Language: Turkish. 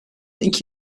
iki